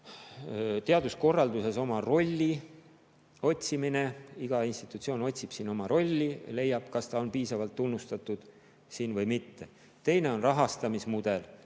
teaduskorralduses oma rolli otsimine. Iga institutsioon otsib oma rolli ja leiab, kas ta on piisavalt tunnustatud või mitte. Teine on rahastamismudel: